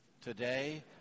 today